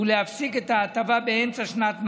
ולהפסיק את ההטבה באמצע שנת מס.